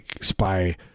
spy